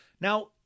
Now